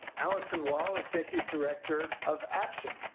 allison wohl, executive director of apse.